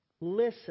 Listen